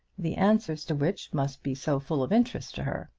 the answers to which must be so full of interest to her.